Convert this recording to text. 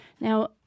Now